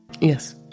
Yes